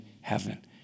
heaven